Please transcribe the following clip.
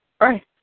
Right